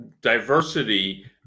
diversity